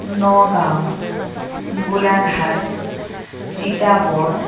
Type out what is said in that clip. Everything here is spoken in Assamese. নগাঁও গোলাঘাট তিতাবৰ